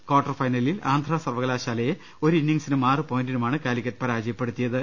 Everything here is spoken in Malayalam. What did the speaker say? ക്വാർട്ടർ ഫൈനലിൽ ആന്ധ്ര സർവകലാശാലയെ ഒരു ഇന്നിംഗ്സിനും ആറ് പോയിന്റിനുമാണ് കാലിക്കറ്റ് പരാജയപ്പെടുത്തിയത്